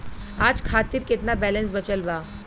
आज खातिर केतना बैलैंस बचल बा?